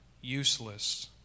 useless